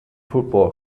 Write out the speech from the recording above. football